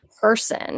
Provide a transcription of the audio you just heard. person